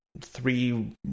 three